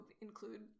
include